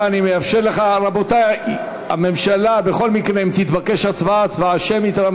חבר הכנסת לפיד, דקה